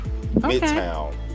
midtown